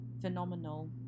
phenomenal